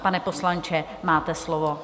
Pane poslanče, máte slovo.